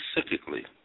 specifically